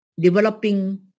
developing